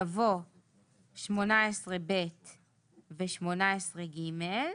יבוא "18ב ו-18ג",